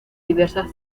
diversas